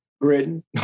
Britain